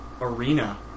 Arena